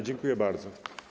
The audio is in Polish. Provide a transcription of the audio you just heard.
Dziękuję bardzo.